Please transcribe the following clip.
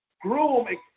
groom